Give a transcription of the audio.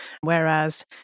Whereas